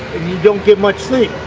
don't get much sleep.